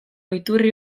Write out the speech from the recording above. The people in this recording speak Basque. iturri